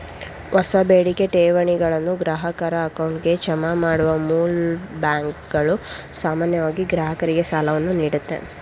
ಹೊಸ ಬೇಡಿಕೆ ಠೇವಣಿಗಳನ್ನು ಗ್ರಾಹಕರ ಅಕೌಂಟ್ಗೆ ಜಮಾ ಮಾಡುವ ಮೂಲ್ ಬ್ಯಾಂಕ್ಗಳು ಸಾಮಾನ್ಯವಾಗಿ ಗ್ರಾಹಕರಿಗೆ ಸಾಲವನ್ನು ನೀಡುತ್ತೆ